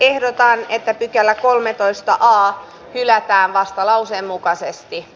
ehdotan että pykälä poistetaan vastalauseen mukaisesti